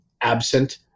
absent